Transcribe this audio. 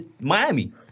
Miami